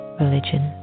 religion